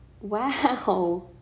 Wow